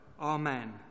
Amen